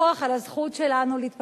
זו עיר שחברי הכנסת של הימין מתחרים